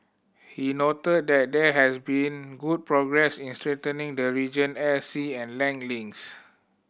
he noted that there has been good progress in strengthening the region air sea and land links